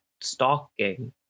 stalking